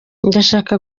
ndashaka